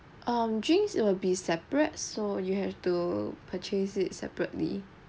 um drinks it will be separate so you have to purchase it separately